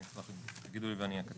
אני אשמח אם תגידו לי ואני אקצר.